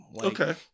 Okay